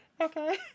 Okay